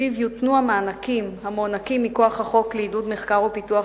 שלפיו יותנו המענקים המוענקים מכוח החוק לעידוד מחקר ופיתוח